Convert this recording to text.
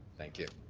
thank you.